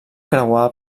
creuar